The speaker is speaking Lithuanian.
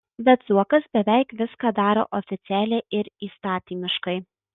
bet zuokas beveik viską daro oficialiai ir įstatymiškai